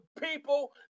people